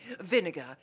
Vinegar